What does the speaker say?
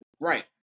Right